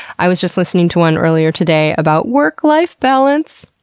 i was just listening to one earlier today about work-life balance,